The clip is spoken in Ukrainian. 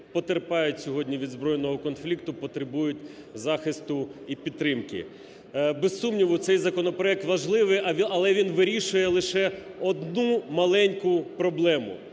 потерпають сьогодні від збройного конфлікту, потребують захисту і підтримки. Без сумніву, цей законопроект важливий, але він вирішує лише одну маленьку проблему,